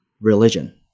religion